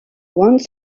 once